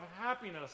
happiness